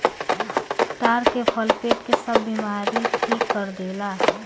ताड़ के फल पेट के सब बेमारी ठीक कर देला